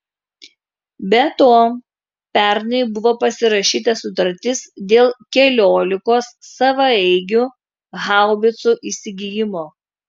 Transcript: be to pernai buvo pasirašyta sutartis dėl keliolikos savaeigių haubicų įsigijimo